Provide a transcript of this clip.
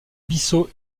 bissau